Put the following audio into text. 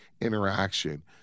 interaction